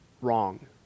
wrong